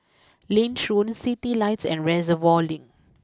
Lange Citylights and Reservoir Link